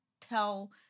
tell